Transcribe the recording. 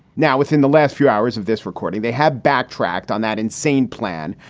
now, within the last few hours of this recording, they have backtracked on that insane plan.